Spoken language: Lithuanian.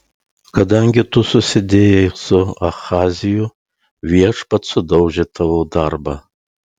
kadangi tu susidėjai su ahaziju viešpats sudaužė tavo darbą